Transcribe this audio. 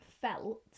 felt